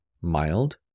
mild